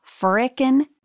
frickin